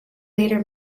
later